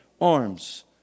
arms